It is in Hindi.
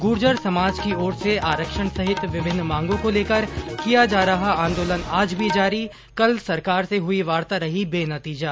गूर्जर समाज की ओर से आरक्षण सहित विभिन्न मांगों को लेकर किया जा रहा आंदोलन आज भी जारी कल सरकार से हई वार्ता रही बेनतीजा